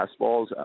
fastballs